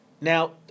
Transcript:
Now